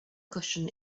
cushion